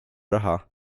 raha